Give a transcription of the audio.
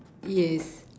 yes